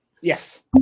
Yes